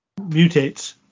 Mutates